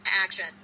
Action